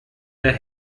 der